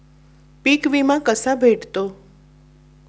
पीक विमा कसा भेटतो?